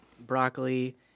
Broccoli